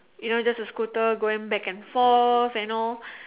you know just a scooter going back and forth you know